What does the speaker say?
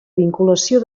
vinculació